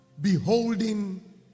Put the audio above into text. Beholding